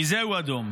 מזה הוא אדום,